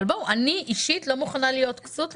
אני אישית לא מוכנה להיות כסות.